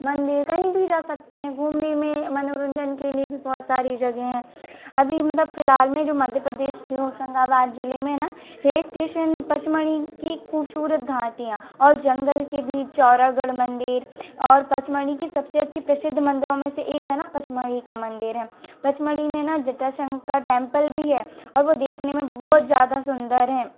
मंदिर कहीं भी जा सकते हैं घूमने में मनोरंजन के लिए भी बहुत सारी जगहें हैं अभी मतलब फिलहाल में जो मध्य प्रदेश के होशंगाबाद ज़िले में ना पचमढ़ी की खूबसूरत घाटियाँ और जंगल के बीच चोरागढ़ मंदिर और पचमढ़ी की सबसे अच्छी प्रसिद्ध मंदिरों में से एक है ना पचमढ़ी का मंदिर है पचमढ़ी में ना जटाशंकर का टेम्पल भी है और वो देखने में बहुत ज़्यादा सुंदर है